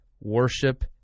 worship